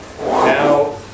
now